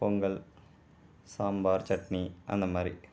Pongal sambar chutney அந்த மாதிரி